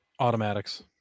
Automatics